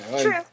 True